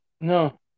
No